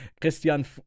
christian